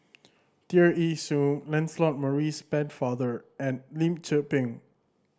Tear Ee Soon Lancelot Maurice Pennefather and Lim Tze Peng